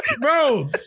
bro